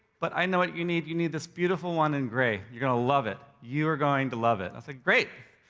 but i know what you need, you need this beautiful one in grey, you're gonna love it, you're going to love it. i said, great,